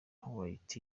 kuwait